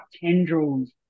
tendrils